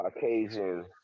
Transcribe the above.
Caucasian